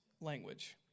language